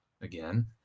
again